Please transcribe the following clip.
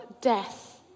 death